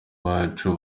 bacu